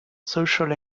social